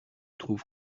trouves